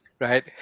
Right